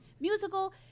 musical